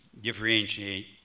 differentiate